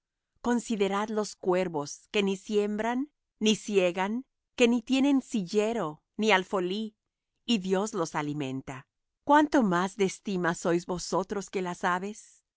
considerad los cuervos que ni siembran ni siegan que ni tienen cillero ni alfolí y dios los alimenta cuánto de más estima sois vosotros que las aves